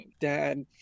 Dad